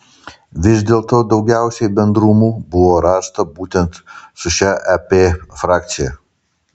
vis dėlto daugiausiai bendrumų buvo rasta būtent su šia ep frakcija